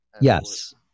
Yes